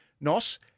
Nos